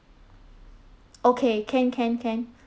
okay can can can